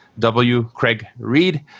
WCraigReed